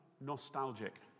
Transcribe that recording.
nostalgic